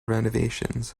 renovations